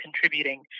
contributing